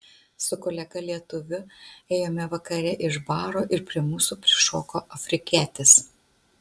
su kolega lietuviu ėjome vakare iš baro ir prie mūsų prišoko afrikietis